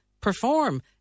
PERFORM